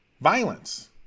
violence